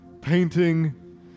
painting